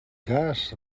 cas